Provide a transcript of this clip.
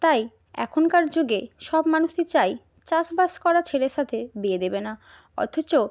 তাই এখনকার যুগে সব মানুষই চায় চাষবাস করা ছেলের সাথে বিয়ে দেবে না অথচ